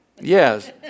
Yes